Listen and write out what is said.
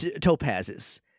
topazes